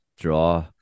draw